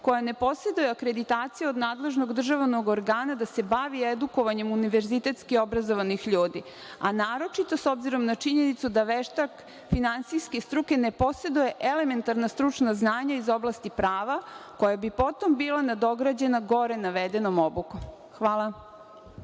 koja ne poseduje akreditaciju od nadležnog državnog organa da se bavi edukovanjem univerzitetskih obrazovanih ljudi, a naročito, s obzirom na činjenicu da veštak finansijske struke ne poseduje elementarna stručna znanja iz oblasti prava koja bi potom bila nadograđena gore navedenom obukom. Hvala.